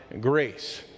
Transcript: grace